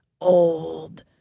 old